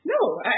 no